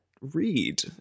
read